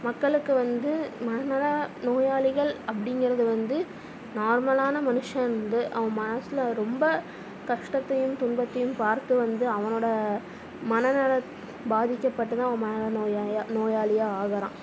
மக்களுக்கு வந்து மனநலம் நோயாளிகள் அப்டிங்குறது வந்து நார்மலான மனுஷன் வந்து அவன் மனதில் ரொம்ப கஷ்டத்தையும் துன்பத்தையும் பார்த்து வந்து அவனோட மனநலம் பாதிக்கப்பட்டு தான் அவன் மனநோயாய நோயாளியாக ஆகிறான்